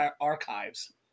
archives